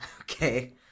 okay